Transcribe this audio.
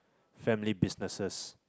family businesses